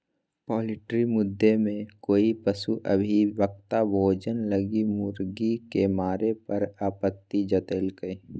poultry मुद्दे में कई पशु अधिवक्ता भोजन लगी मुर्गी के मारे पर आपत्ति जतैल्कय